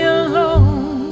alone